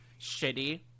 shitty